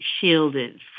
shielded